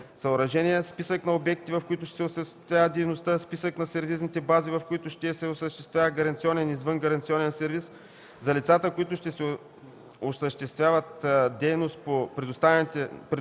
съоръжения; списък на обектите, в които ще се осъществява дейността, списък на сервизните бази, в които ще се осъществява гаранционен и извънгаранционен сервиз. За лицата, които ще осъществяват дейност по предоставяне